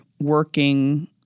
working